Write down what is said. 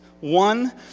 One